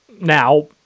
Now